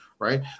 Right